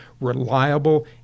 reliable